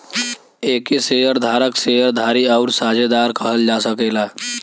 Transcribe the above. एके शेअर धारक, शेअर धारी आउर साझेदार कहल जा सकेला